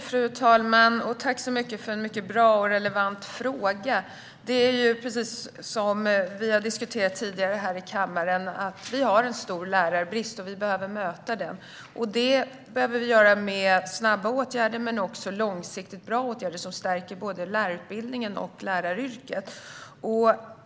Fru talman! Tack för en bra och relevant fråga! Precis som vi har diskuterat tidigare i kammaren råder en stor lärarbrist. Vi behöver möta den. Det behöver vi göra med snabba åtgärder och med långsiktigt bra åtgärder som stärker lärarutbildningen och läraryrket.